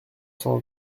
cent